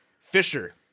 Fisher